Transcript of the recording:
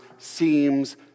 seems